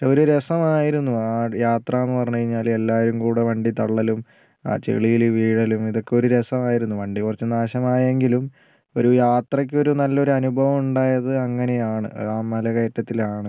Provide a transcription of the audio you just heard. പക്ഷേ ഒരു രസമായിരുന്നു ആ യാത്ര എന്ന് പറഞ്ഞു കഴിഞ്ഞാല് എല്ലാവരും കൂടെ വണ്ടി തള്ളലും ആ ചെളിയിൽ വീഴലും ഇതൊക്കെ ഒരു രസമായിരുന്നു വണ്ടി കുറച്ച് നാശമായെങ്കിലും ഒരു യാത്രക്കൊരു നല്ലൊരു അനുഭവം ഉണ്ടായത് അങ്ങനെയാണ് ആ മലകയറ്റത്തിലാണ്